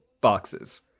boxes